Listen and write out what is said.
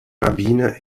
rabbiner